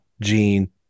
Gene